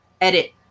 edit